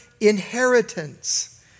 inheritance